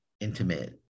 intimate